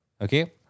Okay